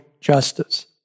justice